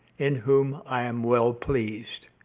in whom i am well pleased,